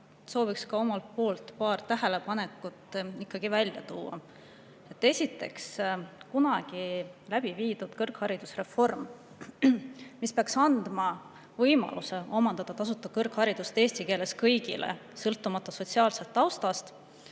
soovin ka omalt poolt paar tähelepanekut teha. Esiteks, kunagi läbi viidud kõrgharidusreform, mis peaks andma võimaluse omandada tasuta kõrgharidus eesti keeles kõigile, sõltumata sotsiaalsest taustast,